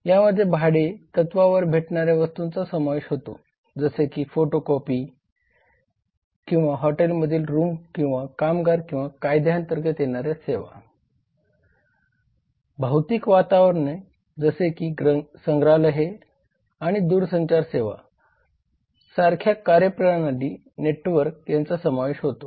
या मध्ये भाडे तत्वावर भेटणाऱ्या वस्तूंचा समावेश होतो जसे की फोटोकॉपी करणे किंवा हॉटेल मधील रूम किंवा कामगार किंवा कायद्या अंतर्गत येणाऱ्या सेवा भौतिक वातावरने जसे की संग्रहालये आणि दूरसंचार सेंवा सारख्या कार्यप्रणाली नेटवर्क यांचा समावेश होतो